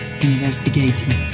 investigating